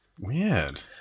Weird